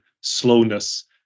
slowness